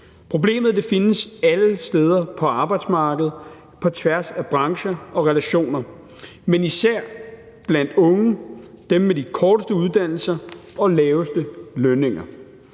Problemet findes alle steder på arbejdsmarkedet på tværs af brancher og relationer, men især blandt unge, dem med de korteste uddannelser og laveste lønninger.